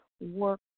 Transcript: work